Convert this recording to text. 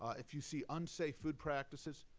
if you see unsafe food practices,